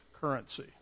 currency